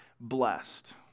blessed